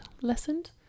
Lessened